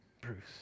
Bruce